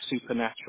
supernatural